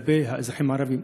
כלפי האזרחים הערבים.